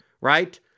right